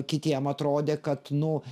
kitiem atrodė kad nu